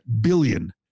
billion